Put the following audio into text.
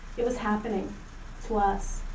it was happening to us.